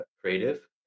creative